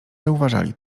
zauważali